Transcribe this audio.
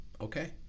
okay